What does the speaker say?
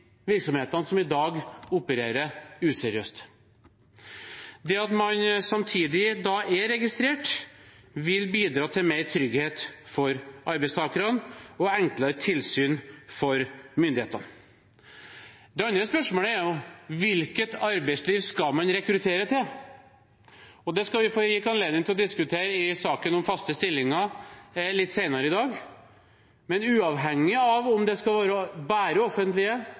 virksomhetene som i dag opererer useriøst. Det at man samtidig da er registrert, vil bidra til mer trygghet for arbeidstakerne og enklere tilsyn for myndighetene. Det andre spørsmålet er jo: Hvilket arbeidsliv skal man rekruttere til? Det skal vi få rik anledning til å diskutere i saken om faste stillinger litt senere i dag. Men uavhengig av om det skal være bare offentlige